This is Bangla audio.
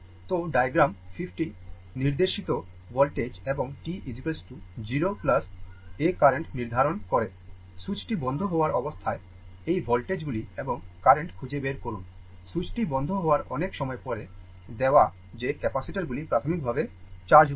তো ডায়াগ্রাম 50 নির্দেশিত voltage এবং t 0 এ কারেন্ট নির্ধারণ করে সুইচটি বন্ধ হওয়ার অবস্থায় এই voltage গুলি এবং কারেন্ট খুঁজে বের করুন সুইচটি বন্ধ হওয়ার অনেক সময় পরে দেওয়া যে ক্যাপাসিটারগুলি প্রাথমিকভাবে চার্জমুক্ত